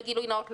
בגילוי נאות,